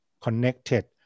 connected